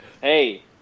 Hey